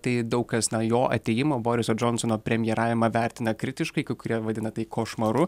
tai daug kas na jo atėjimo boriso džonsono premjeravimą vertina kritiškai kai kurie vadina tai košmaru